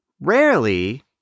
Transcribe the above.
rarely